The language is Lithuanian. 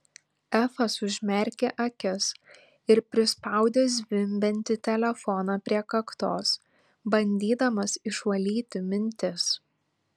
efas užmerkė akis ir prisispaudė zvimbiantį telefoną prie kaktos bandydamas išvalyti mintis